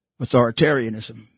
authoritarianism